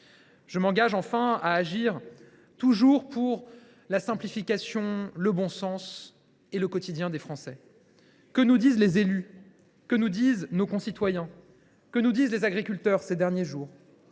Je m’engage, enfin, à agir toujours pour la simplification, pour le bon sens, pour le quotidien des Français. Que nous disent les élus ? Que nous disent nos concitoyens ? Que nous disent les agriculteurs, ces derniers jours ?